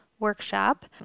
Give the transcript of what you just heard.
workshop